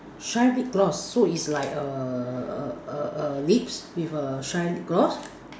shine lip gloss so it's like a a a a lips with a shine lip gloss